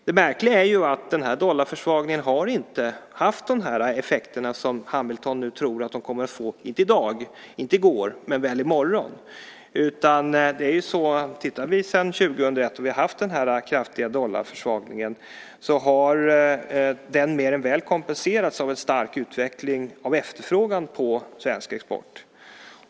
Det märkliga är att dollarförsvagningen inte har haft de effekter som Hamilton nu tror att de kommer att få, inte i går, inte i dag, men väl i morgon. Den dollarförsvagning som har varit sedan 2001 har mer än väl kompenserats av en stark utveckling av efterfrågan på svensk export.